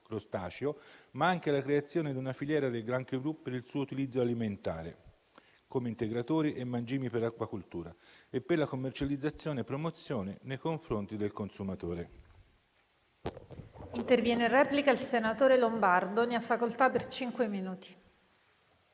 crostaceo, ma anche alla creazione di una filiera del granchio blu per il suo utilizzo alimentare come integratori e mangimi per acquacultura e per la commercializzazione e promozione nei confronti del consumatore.